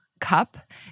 cup